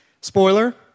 Spoiler